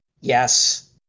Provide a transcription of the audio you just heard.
Yes